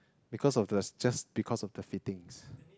because of the just because of the fittings